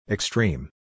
Extreme